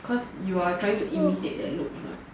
cause you are trying to imitate that look